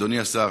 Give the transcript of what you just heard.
אדוני השר,